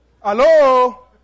Hello